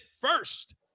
first